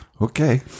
Okay